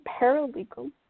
paralegal